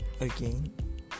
again